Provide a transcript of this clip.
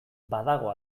badago